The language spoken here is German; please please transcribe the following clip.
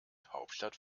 hauptstadt